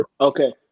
Okay